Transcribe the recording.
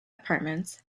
apartments